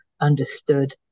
understood